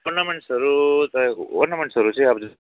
अर्नामेन्ट्सहरू अर्नामेन्ट्सहरू चाहिँ अब जस्तो